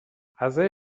غذای